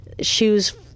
shoes